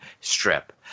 strip